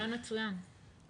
רעיון מצוין.